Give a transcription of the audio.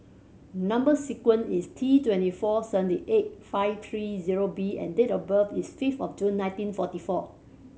number sequence is T twenty four seventy eight five three zero B and date of birth is five of June nineteen forty four